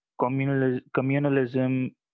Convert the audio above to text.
communalism